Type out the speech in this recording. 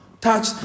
Touch